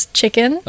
chicken